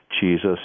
Jesus